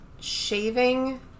Shaving